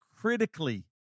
critically